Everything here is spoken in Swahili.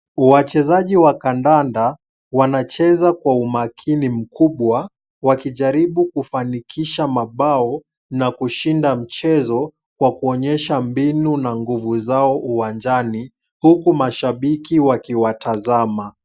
Wachezaji wa kandanda wanacheza kwa umakini mkubwa, wakijaribu kufanikisha mabao na kushinda mchezo, kwa kuonyesha mbinu na nguvu zao uwanjani, huku mashabiki wakiwatazama.